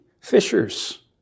fishers